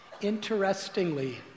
Interestingly